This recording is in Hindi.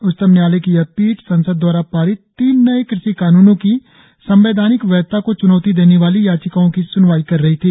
उच्चतम न्यायालय की यह पीठ संसद द्वारा पारित तीन नए कृषि कानूनों की संवैधानिक वैधता को च्नौती देने वाली याचिकाओं की स्नवाई कर रही थी